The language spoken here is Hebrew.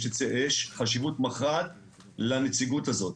יש חשיבות מכרעת לנציגות הזאת.